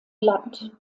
glatt